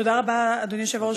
תודה רבה, אדוני היושב-ראש.